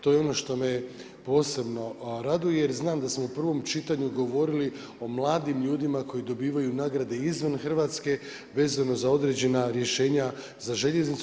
To je ono što me posebno raduje jer znamo da smo u prvom čitanju govorili o mladim ljudima koji dobivaju nagrade izvan Hrvatska vezano za određena rješenja za željeznicu.